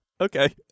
okay